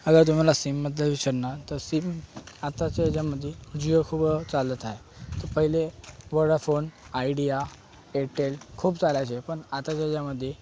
अगर तुम्ही मला सिमबद्दल विचारणार तर सिम आताच्या याच्यामधी जिओ खूप चालत आहे पहिले वोडाफोन आयडिया एरटेल खूप चालायचे पण आता त्याच्यामधी